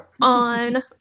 on